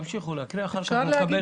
תמשיכו לקרוא ואחר כך נקבל החלטה.